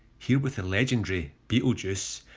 here with the legendary beetlejuice,